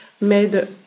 made